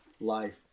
life